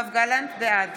בעד